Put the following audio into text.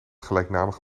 gelijknamige